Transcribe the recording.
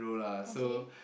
okay